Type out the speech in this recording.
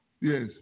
Yes